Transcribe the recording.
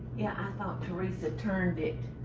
yeah. i thought theresa turned it.